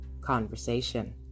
conversation